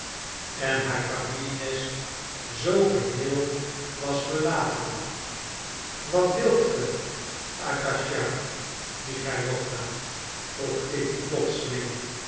en haar familienest zoo geheel was verlaten wat wilt ge agasija michailowna vroeg kitty plotseling